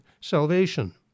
salvation